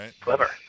clever